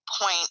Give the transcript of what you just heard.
point